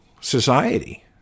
society